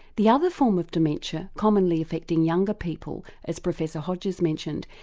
the other form of dementia commonly affecting younger people, as professor hodges mentioned,